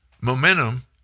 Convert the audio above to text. momentum